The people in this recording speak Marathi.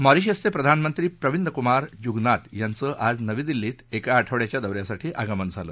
मॉरीशसचे प्रधानमंत्री प्रविंदकुमार जुगनाथ यांच आज नवी दिल्लीत एका आठवड्याच्या दौऱ्यासाठी आगमन झालं